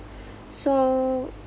so